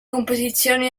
competizioni